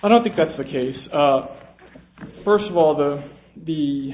i don't think that's the case first of all the the